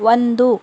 ಒಂದು